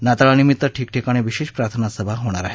नाताळानिमित्त ठिकठिकाणी विशेष प्रार्थना सभा होणार आहेत